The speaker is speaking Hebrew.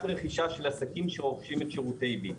רכישה של עסקים שרוכשים את שירותי "ביט".